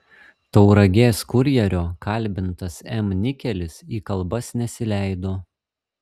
tauragės kurjerio kalbintas m nikelis į kalbas nesileido